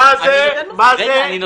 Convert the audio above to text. מה זה חברות ביטוח ישנות וחדשות?